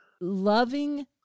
loving